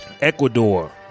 Ecuador